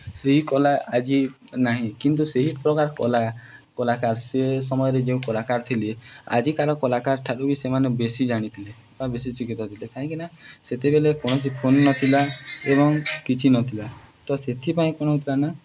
ସେହି କଳା ଆଜି ନାହିଁ କିନ୍ତୁ ସେହି ପ୍ରକାର କଳା କଳାକାର ସେ ସମୟରେ ଯେଉଁ କଳାକାର ଥିଲେ ଆଜିକାର କଳାକାରଠାରୁ ବି ସେମାନେ ବେଶୀ ଜାଣିଥିଲେ ବା ବେଶୀ ଶିକ୍ଷିତ ଥିଲେ କାହିଁକିନା ସେତେବେଳେ କୌଣସି ଫୋନ୍ ନଥିଲା ଏବଂ କିଛି ନଥିଲା ତ ସେଥିପାଇଁ କ'ଣ ହେଉଥିଲା ନା